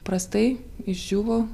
prastai išdžiūvo